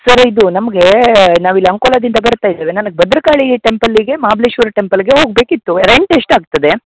sir ಇದು ನಮಗೆ ನಾವು ಇಲ್ಲಿ ಅಂಕೋಲಾದಿಂದ ಬರ್ತಾ ಇದ್ದೇವೆ ನನ್ಗೆ ಭದ್ರಕಾಳಿ ಟೆಂಪಲ್ಲಿಗೆ ಮಾಬಲೇಶ್ವರ ಟೆಂಪಲ್ಲಿಗೆ ಹೋಗಬೇಕಿತ್ತು ರೆಂಟ್ ಎಷ್ಟು ಆಗ್ತದೆ